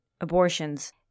abortions